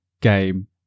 game